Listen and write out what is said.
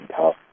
tough